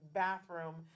bathroom